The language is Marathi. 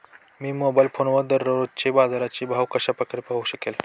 मी मोबाईल फोनवर दररोजचे बाजाराचे भाव कशा प्रकारे पाहू शकेल?